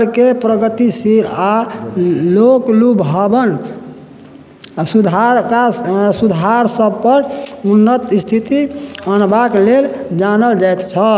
के प्रगतिशील आ लोकलुभावन सुधार काज सुधार सब पर उन्नत स्थिति अनबाक लेल जानल जाइत छल